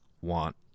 want